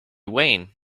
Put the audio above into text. wayne